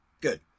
Good